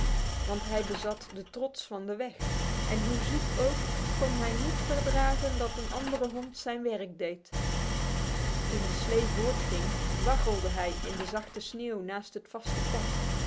want hij bezat de trots van de weg en hoe ziek ook kon hij niet verdragen dat een andere hond zijn werk deed toen de slee voortging waggelde hij in de zachte sneeuw naast het vaste pad